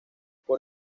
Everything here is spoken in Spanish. por